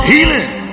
Healing